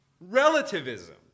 Relativism